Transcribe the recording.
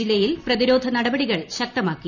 ജില്ലയിൽപ്രതിരോധ നടപടികൾ ശക്തമാക്കി